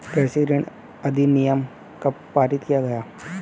कृषि ऋण अधिनियम कब पारित किया गया?